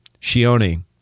Shione